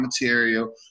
material